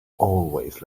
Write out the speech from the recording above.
always